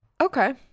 okay